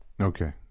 Okay